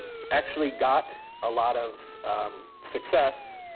actually got a lot of success.